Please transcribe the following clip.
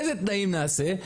איזה תנאים נעשה?